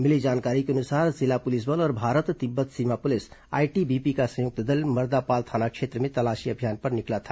मिली जानकारी के अनुसार जिला पुलिस बल और भारत तिब्बत सीमा पुलिस आईटीबीपी का संयुक्त दल मर्दापाल थाना क्षेत्र में तलाशी अभियान पर निकला था